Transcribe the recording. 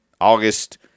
August –